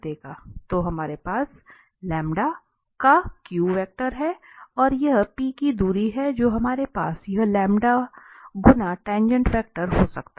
तो हमारे पास का वेक्टर है और यह P की दूरी है जो हमारे पास यह गुना टाँगेँट वेक्टर हो सकता है